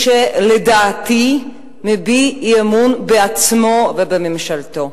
שלדעתי מביע אי-אמון בעצמו ובממשלתו.